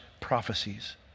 prophecies